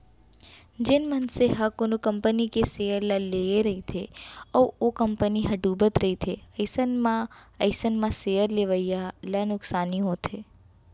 जेन मनसे मन ह कोनो कंपनी के सेयर ल लेए रहिथे अउ ओ कंपनी ह डुबत रहिथे अइसन म अइसन म सेयर लेवइया ल नुकसानी होथे